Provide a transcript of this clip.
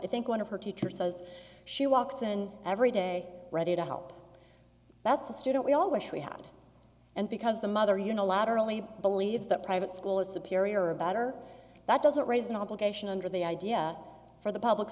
i think one of her teacher says she walks in and every day ready to help that's a student we all wish we had and because the mother you know laterally believes that private school is superior a better that doesn't raise an obligation under the idea for the public